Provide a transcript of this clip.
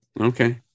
Okay